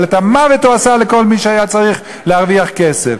אבל את המוות הוא עשה לכל מי שהיה צריך להרוויח כסף.